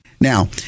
Now